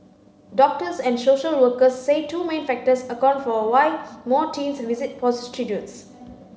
doctors and social workers say two main factors account for why more teens visit prostitutes